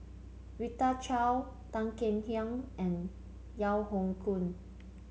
Rita Chao Tan Kek Hiang and Yeo Hoe Koon